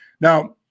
Now